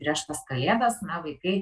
kad prieš tas kalėdas vaikai